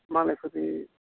मालायफोरनि